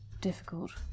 Difficult